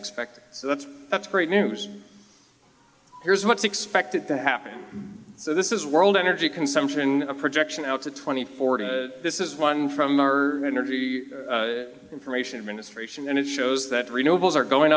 expected so that's that's great news here's what's expected to happen so this is world energy consumption projection out to twenty four to this is one from energy information administration and it shows that re